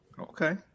Okay